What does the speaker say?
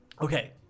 Okay